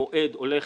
המועד הולך